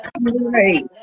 Right